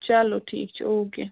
چلو ٹھیٖک چھُ او کے